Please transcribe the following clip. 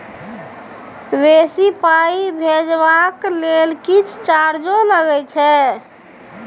बेसी पाई भेजबाक लेल किछ चार्जो लागे छै?